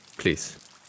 Please